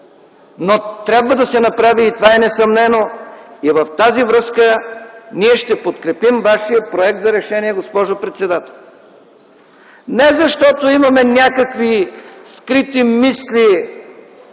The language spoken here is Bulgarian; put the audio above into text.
Но, трябва да се направи! И това е несъмнено. И в тази връзка, ние ще подкрепим вашия проект за решение, госпожо председател. Не, защото имаме някакви скрити мисли,